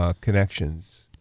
connections